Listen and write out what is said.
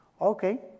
Okay